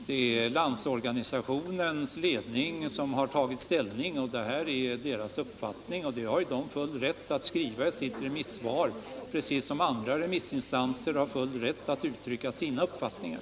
Herr talman! Det är Landsorganisationens ledning som har tagit ställning, och detta är ledningens uppfattning. Man har ju full rätt att skriva som man gjort i sitt remissvar — precis som andra remissinstanser har full rätt att uttrycka sina uppfattningar.